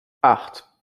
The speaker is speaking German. acht